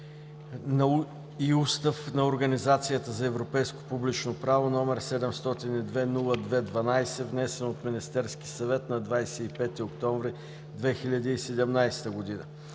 и Устав на Организацията за европейско публично право, № 702-02-12, внесен от Министерския съвет на 25 октомври 2017 г.